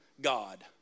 God